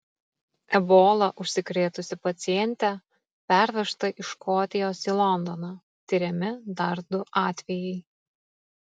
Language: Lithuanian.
ebola užsikrėtusi pacientė pervežta iš škotijos į londoną tiriami dar du atvejai